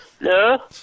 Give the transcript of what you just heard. No